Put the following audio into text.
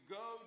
go